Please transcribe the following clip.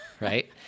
right